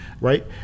Right